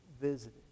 visited